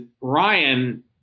Ryan